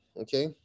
Okay